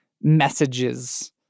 messages